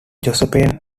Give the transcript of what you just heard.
josephine